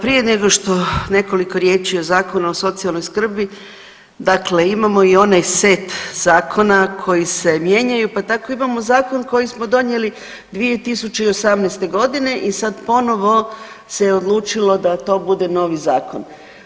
Prije nego što nekoliko riječi o Zakonu o socijalnoj skrbi, dakle imamo i onaj set zakona koji se mijenjanju, pa tako imamo i zakon koji smo donijeli 2018. godine i sad ponovo se odlučilo da to bude novi zakon.